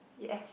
yes